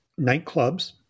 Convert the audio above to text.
nightclubs